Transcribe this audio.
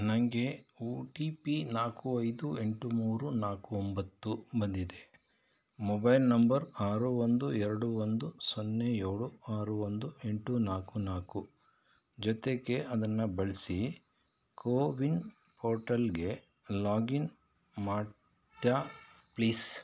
ನನಗೆ O T P ನಾಲ್ಕು ಐದು ಎಂಟು ಮೂರು ನಾಲ್ಕು ಒಂಬತ್ತು ಬಂದಿದೆ ಮೊಬೈಲ್ ನಂಬರ್ ಆರು ಒಂದು ಎರಡು ಒಂದು ಸೊನ್ನೆ ಏಳು ಆರು ಒಂದು ಎಂಟು ನಾಲ್ಕು ನಾಲ್ಕು ಜೊತೆಗೆ ಅದನ್ನ ಬಳಸಿ ಕೋವಿನ್ ಪೋರ್ಟಲ್ಗೆ ಲಾಗಿನ್ ಮಾಡ್ತೀಯಾ ಪ್ಲೀಸ್